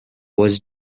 was